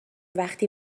وقتی